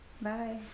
Bye